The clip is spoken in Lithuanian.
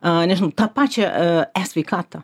a nežinau tą pačią e e sveikatą